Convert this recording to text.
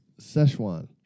Szechuan